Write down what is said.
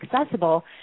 accessible